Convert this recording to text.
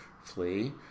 flee